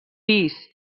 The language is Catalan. pis